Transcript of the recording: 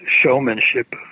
showmanship